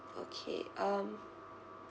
okay um